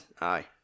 Aye